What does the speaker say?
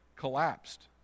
collapsed